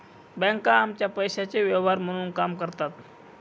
बँका आमच्या पैशाचे व्यवहार म्हणून काम करतात